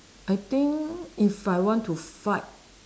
I think if I want to fight